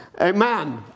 Amen